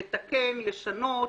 לשנות,